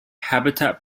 habitat